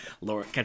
Laura